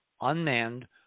unmanned